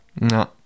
No